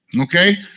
okay